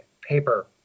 paper